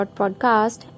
.podcast